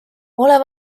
ole